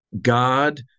God